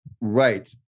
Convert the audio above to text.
right